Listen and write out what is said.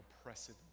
oppressive